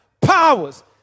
powers